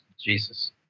Jesus